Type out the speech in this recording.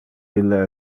ille